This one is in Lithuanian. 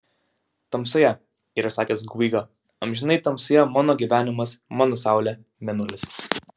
tamsoje yra sakęs guiga amžinai tamsoje mano gyvenimas mano saulė mėnulis